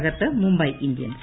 തകർത്ത് മുംബൈ ഇന്ത്യൻസ്